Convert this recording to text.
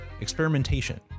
experimentation